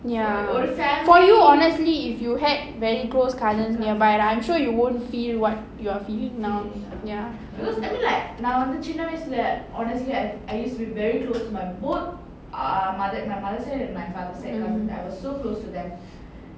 ya for you honestly if you had very close cousins nearby right I'm sure you won't feel what you're feeling now ya mm